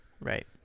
Right